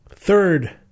third